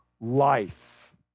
life